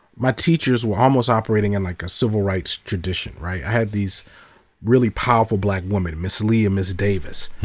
my teachers were almost operating in like a civil rights tradition, right? i had these really powerful black women, ms. lee and ms. davis,